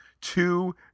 Two